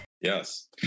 Yes